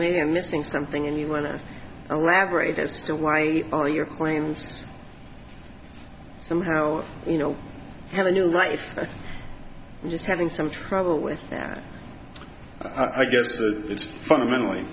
mean i'm missing something and even if elaborate as to why all your claims somehow you know have a new life i think just having some trouble with that i guess it's fundamentally